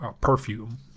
perfume